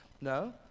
No